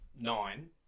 nine